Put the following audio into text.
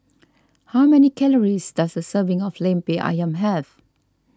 how many calories does a serving of Lemper Ayam have